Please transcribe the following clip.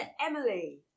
Emily